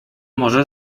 może